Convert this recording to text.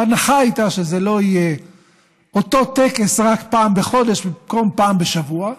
ההנחה הייתה שזה לא יהיה אותו טקס רק פעם בחודש במקום פעם בשבוע,